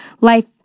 Life